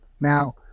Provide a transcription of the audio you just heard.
now